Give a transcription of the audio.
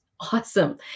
awesome